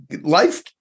life